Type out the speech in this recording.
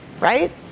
right